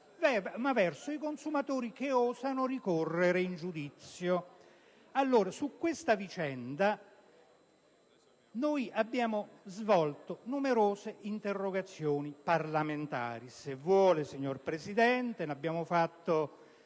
ma verso i consumatori che osano ricorrere in giudizio. Su questa vicenda abbiamo presentato numerose interrogazioni parlamentari. Se vuole, signor Presidente, cito la